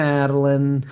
Madeline